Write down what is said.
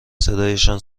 صدایشان